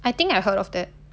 I think I heard of that